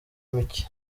mike